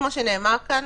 כמו שנאמר כאן,